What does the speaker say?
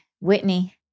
Whitney